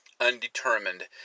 undetermined